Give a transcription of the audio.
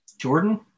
Jordan